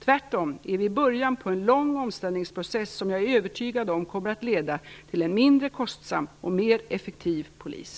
Tvärtom är vi i början på en lång omställningsprocess, som jag är övertygad om kommer att leda till en mindre kostsam och mer effektiv polis.